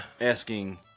asking